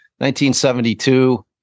1972